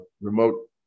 remote